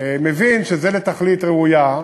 מבין שזה לתכלית ראויה,